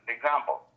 Example